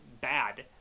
bad